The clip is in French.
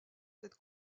cette